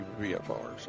VFRs